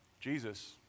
Jesus